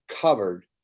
covered